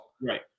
Right